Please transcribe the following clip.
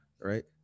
Right